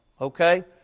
okay